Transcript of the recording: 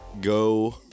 go